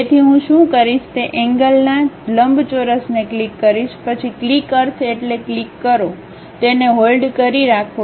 તેથી હું શું કરીશ તે એન્ગ્લના લંબચોરસને ક્લિક કરીશ પછી ક્લિક અર્થ એટલે ક્લિક કરો તેને હોલ્ડ કરી રાખો